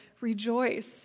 rejoice